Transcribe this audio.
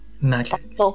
Magic